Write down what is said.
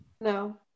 No